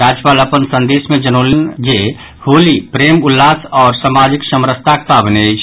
राज्यपाल अपन संदेश मे जनौलनि अछि जे होली प्रेम उल्लास आओर सामाजिक समरसताक पावनि अछि